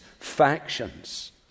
factions